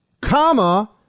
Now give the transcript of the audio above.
comma